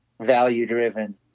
value-driven